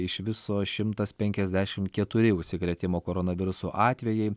iš viso šimtas penkiasdešimt keturi užsikrėtimo koronavirusu atvejai